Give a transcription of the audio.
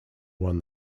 won